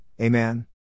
Amen